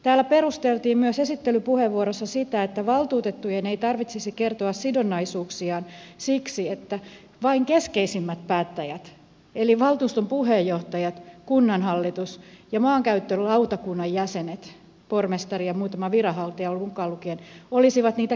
täällä perusteltiin myös esittelypuheenvuorossa sitä että valtuutettujen ei tarvitsisi kertoa sidonnaisuuksiaan siksi että vain keskeisimmät päättäjät eli valtuuston puheenjohtajat kunnanhallitus ja maankäyttölautakunnan jäsenet pormestari ja muutama viranhaltija mukaan lukien olisivat niitä keskeisiä käyttäjiä